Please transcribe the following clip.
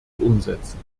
umsetzen